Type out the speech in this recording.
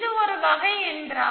ஆனால் பொதுவான யோசனை பின்வருமாறு